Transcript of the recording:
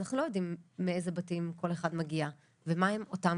אנחנו לא יודעים מאיזה בתים כל אחד מגיע ומה הם אותם